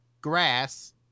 grass